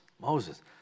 Moses